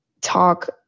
talk